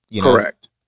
Correct